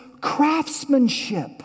craftsmanship